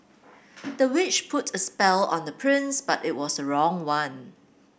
the witch put a spell on the prince but it was a wrong one